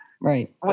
Right